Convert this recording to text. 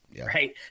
right